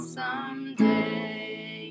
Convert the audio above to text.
someday